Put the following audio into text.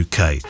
UK